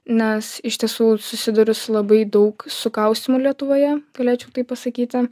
nes iš tiesų susiduriu su labai daug sukaustymų lietuvoje galėčiau taip pasakyti